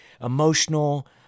emotional